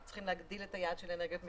צריכים להגדיל את היעד של אנרגיות מתחדשות.